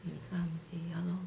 umsa umsi ya lor